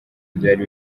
byari